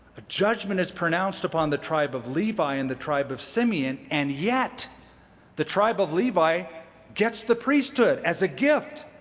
a judgment is pronounced upon the tribe of levi and the tribe of simeon, and yet the tribe of levi gets the priesthood as a gift.